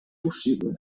possible